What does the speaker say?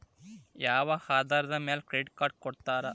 ಯಾವ ಆಧಾರದ ಮ್ಯಾಲೆ ಕ್ರೆಡಿಟ್ ಕಾರ್ಡ್ ಕೊಡ್ತಾರ?